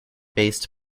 based